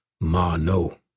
Mano